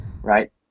right